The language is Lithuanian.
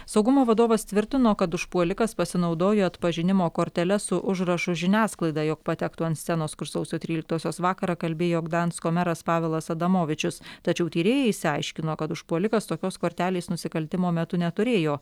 saugumo vadovas tvirtino kad užpuolikas pasinaudojo atpažinimo kortele su užrašu žiniasklaida jog patektų ant scenos kur sausio tryliktosios vakarą kalbėjo gdansko meras pavelas adamovičius tačiau tyrėjai išsiaiškino kad užpuolikas tokios kortelės nusikaltimo metu neturėjo